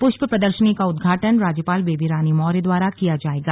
प्रष्य प्रदर्शनी का उद्घाटन राज्यपाल बेबी रानी मौर्य द्वारा किया जायेगा